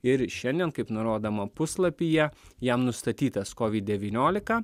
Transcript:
ir šiandien kaip nurodoma puslapyje jam nustatytas covid devyniolika